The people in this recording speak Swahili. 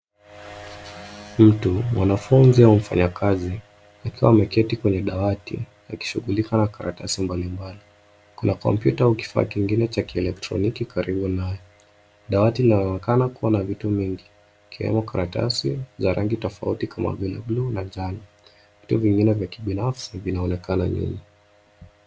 Wanafunzi au wafanyikazi wakiwa wameketi kwenye dawati wakishughulika na karatasi mbalimbali. Kuna kompyuta au kifaa mingine cha eletroniki karibu nayo. Dawati inaonekana kuwa na vitu mingi ikiwemo karatasi za rangi tofauti, kama vile bluu na njano. Vitu vingine vya kibinafsi vinaonekana nyuma.